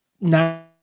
Now